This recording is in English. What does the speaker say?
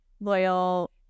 loyal